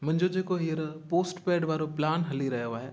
मुंहिंजो जे को हींअर पोस्टपेड वारो प्लान हली रहियो आहे